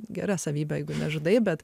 gera savybė nežudai bet